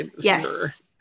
Yes